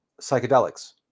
psychedelics